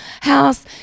house